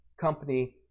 company